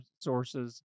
sources